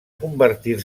convertir